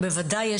בוודאי,